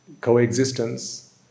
coexistence